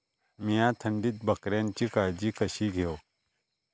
मीया थंडीत बकऱ्यांची काळजी कशी घेव?